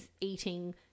eating